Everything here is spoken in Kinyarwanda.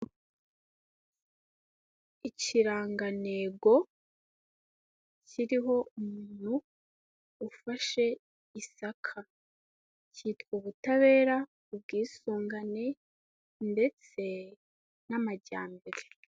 Ikirangantego kiriho umuntu ufashe isaka kitwa ubutabera, ubwisungane, ndetse n'amajyambere.